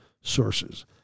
sources